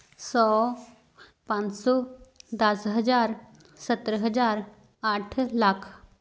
ਸੌ ਪੰਜ ਸੌ ਦਸ ਹਜ਼ਾਰ ਸੱਤਰ ਹਜ਼ਾਰ ਅੱਠ ਲੱਖ